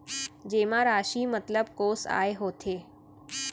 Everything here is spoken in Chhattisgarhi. जेमा राशि मतलब कोस आय होथे?